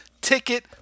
Ticket